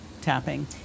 tapping